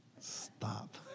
stop